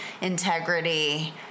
integrity